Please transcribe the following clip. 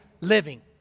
living